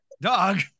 Dog